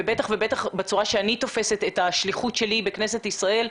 ובטח בצורה שאני תופסת את השליחות שלי בכנסת ישראל,